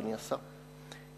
אדוני השר,